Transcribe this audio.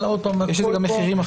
יש לזה גם מחירים אחרים.